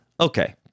Okay